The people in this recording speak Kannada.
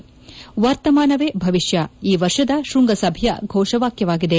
ವರ್ತಮಾನವೇ ಭವಿಷ್ಯ ಈ ವರ್ಷದ ಶೃಂಗಸಭೆಯ ಘೋಷವಾಖ್ಯವಾಗಿದೆ